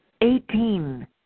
Eighteen